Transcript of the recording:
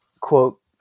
quote